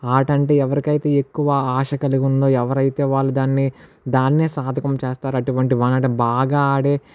ఆట అంటే ఎవరికైతే ఎక్కువ ఆశ కలిగి ఉన్న ఎవరైతే వాళ్ళు దాన్ని దాన్నే సాధకం చేస్తారు అటువంటి బాగా ఆడే